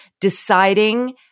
deciding